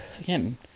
again